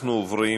אנחנו עוברים